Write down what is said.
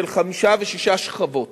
של חמש ושש שכבות.